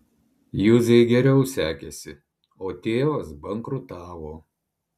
juzei geriau sekėsi o tėvas bankrutavo